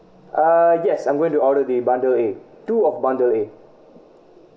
uh yes I'm going to order the bundle A two of bundle A